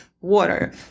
water